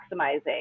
maximizing